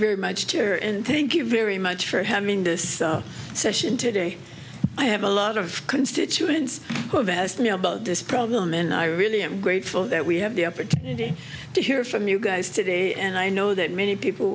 very much here and thank you very much for having this session today i have a lot of constituents who have asked me about this problem and i really am grateful that we have the opportunity to hear from you guys today and i know that many people